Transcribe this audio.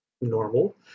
normal